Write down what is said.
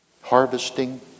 harvesting